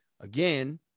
again